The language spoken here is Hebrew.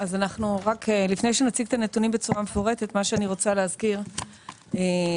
לפני שאגיע לנתונים אני רוצה להזכיר שהמענק